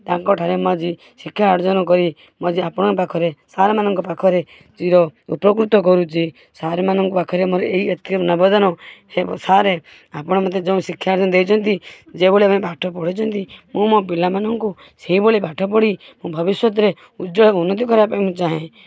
ତାଙ୍କଠାରେ ମୁଁ ଆଜି ଶିକ୍ଷା ଅର୍ଜନ କରି ମୁଁ ଆଜି ଆପଣଙ୍କ ପାଖରେ ସାରମାନଙ୍କ ପାଖରେ ଚିର ଉପକୃତ କରୁଛି ସାରମାନଙ୍କ ପାଖରେ ମୋର ଏହି ଏତିକି ନବଦନ ହେ ସାରେ ଆପଣ ମତେ ଯେଉଁ ଶିକ୍ଷା ଦାନ ଦେଇଛନ୍ତି ଯେଉଁଭଳି ଆମେ ପାଠ ପଢ଼ାଇଛନ୍ତି ମୁଁ ମୋ ପିଲାମାନଙ୍କୁ ସେଇଭଳି ପାଠପଢ଼ି ମୁଁ ଭବିଷ୍ୟତରେ ଉଜ୍ଜ୍ୱଳ ଉନ୍ନତି କରିବାପାଇଁ ମୁଁ ଚାହେଁ